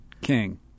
king